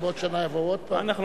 שבעוד שנה יבואו עוד פעם?